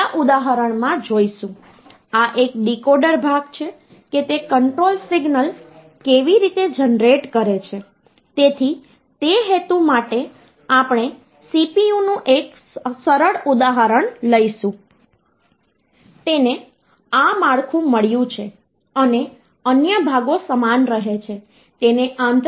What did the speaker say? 2 ને 2 વડે ભાગવામાં આવે તો તે 1 ભાગાકાર આપે છે અને 0 શેષ રહે છે અને પછી 1 ને 2 વડે ભાગવામાં આવે તો આ 0 ભાગાકાર તરીકે આપે છે અને 1 શેષ આપે છે